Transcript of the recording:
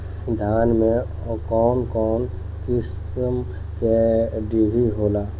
धान में कउन कउन किस्म के डिभी होला?